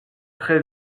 très